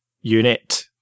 Unit